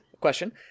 question